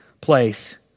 place